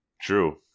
True